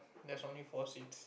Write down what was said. there's only four seeds